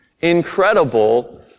incredible